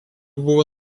buvo